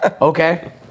Okay